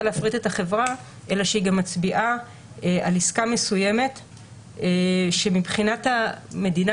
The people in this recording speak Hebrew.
להפריט את החברה אלא שהיא גם מצביעה על עסקה מסוימת שמבחינת המדינה,